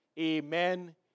Amen